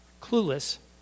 Clueless